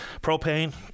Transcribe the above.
propane